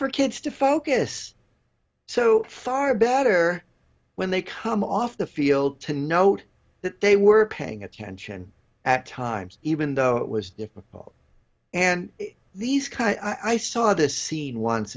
for kids to focus so far better when they come off the field to note that they were paying attention at times even though it was difficult and these kind i saw this scene once